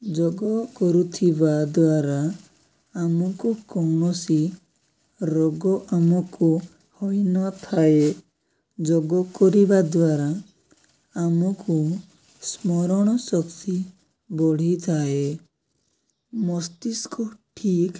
ଯୋଗ କରୁଥିବା ଦ୍ୱାରା ଆମକୁ କୌଣସି ରୋଗ ଆମକୁ ହୋଇନଥାଏ ଯୋଗ କରିବା ଦ୍ୱାରା ଆମକୁ ସ୍ମରଣ ଶକ୍ତି ବଢ଼ିଥାଏ ମସ୍ତିଷ୍କ ଠିକ୍